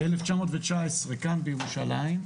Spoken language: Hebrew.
ב-1919, כאן בירושלים,